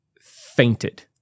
fainted